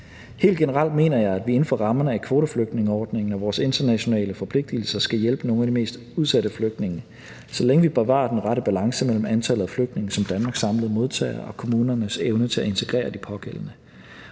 Helt generelt mener jeg, at vi inden for rammerne af kvoteflygtningeordningen og vores internationale forpligtelser skal hjælpe nogle af de mest udsatte flygtninge, så længe vi bevarer den rette balance mellem antallet af flygtninge, som Danmark samlet modtager, og kommunernes evne til at integrere de pågældende.